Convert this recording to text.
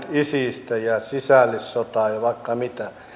isistä ja sisällissotaa ja vaikka mitä